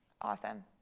Awesome